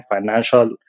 financial